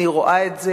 אני רואה את זה